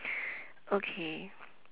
okay